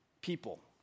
people